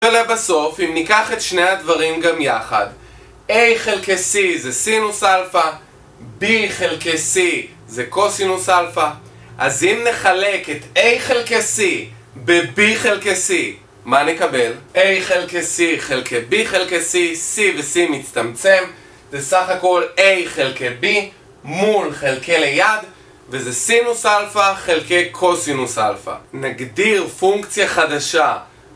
ולבסוף, אם ניקח את שני הדברים גם יחד: A חלקי C זה סינוס אלפא, B חלקי C זה קוסינוס אלפא, אז אם נחלק את A חלקי C ב-B חלקי C, מה נקבל? A חלקי C חלקי B חלקי C ,C ו-C מצטמצם, זה סך הכל A חלקי B, מול חלקי ליד וזה סינוס אלפא חלקי קוסינוס אלפא. נגדיר פונקציה חדשה